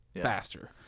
faster